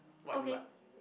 what you like